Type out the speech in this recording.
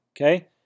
Okay